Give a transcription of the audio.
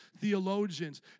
theologians